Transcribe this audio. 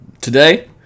Today